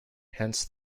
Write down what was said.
hence